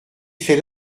fait